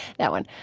that one.